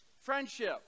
Friendship